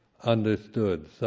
understood